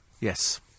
Yes